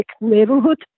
neighborhood